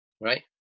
Right